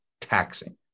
taxing